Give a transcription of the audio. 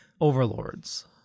overlords